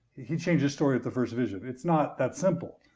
he changed his story of the first vision. it's not that simple.